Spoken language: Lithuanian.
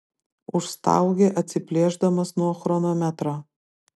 užstaugė atsiplėšdamas nuo chronometro